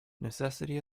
necessity